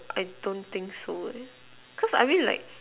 I don't think so leh cause I mean like